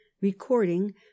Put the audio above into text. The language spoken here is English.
Recording